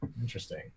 interesting